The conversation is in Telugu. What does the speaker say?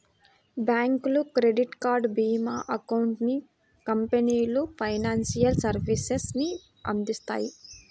బ్యాంకులు, క్రెడిట్ కార్డ్, భీమా, అకౌంటెన్సీ కంపెనీలు ఫైనాన్షియల్ సర్వీసెస్ ని అందిత్తాయి